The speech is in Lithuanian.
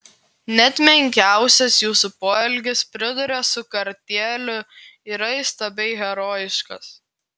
net menkiausias jūsų poelgis priduria su kartėliu yra įstabiai herojiškas